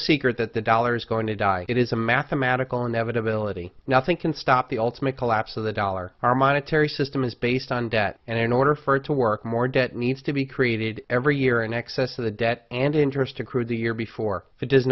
secret that the dollar's going to die it is a mathematical inevitability nothing can stop the ultimate collapse of the dollar our monetary system is based on debt and in order for it to work more debt needs to be created every year in excess of the debt and interest accrued the year before if it does